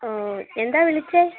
ഓ എന്താണ് വിളിച്ചത്